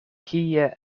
kie